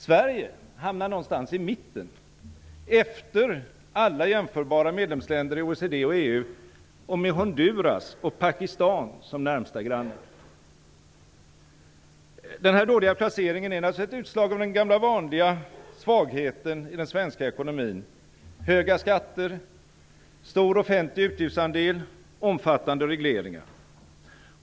Sverige hamnade någonstans i mitten, efter alla jämförbara medlemsländer i OECD och EU, och med Honduras och Pakistan som närmaste grannar. Denna dåliga placering är naturligtvis ett utslag av de gamla vanliga svagheterna i den svenska ekonomin: höga skatter, stor offentlig utgiftsandel och omfattande regleringar.